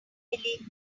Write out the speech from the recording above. believe